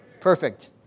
Perfect